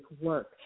work